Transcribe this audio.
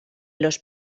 los